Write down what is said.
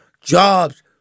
jobs